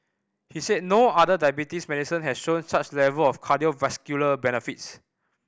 he said no other diabetes medicine had shown such level of cardiovascular benefits